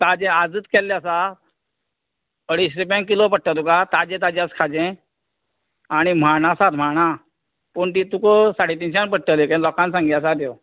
ताजें आजूच केल्लें आसा अडेचशीं रुपया किलो पडटलें तुका ताजें ताजें आसा खाजें आनी म्हानां आसा म्हानां पूण तीं तुका साडे तिनश्यां पडटलीं लोकां सांगी आसा त्यो